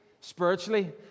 spiritually